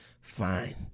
fine